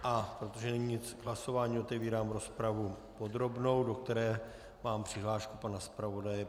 A protože není nic k hlasování, otevírám rozpravu podrobnou, do které mám přihlášku pana zpravodaje.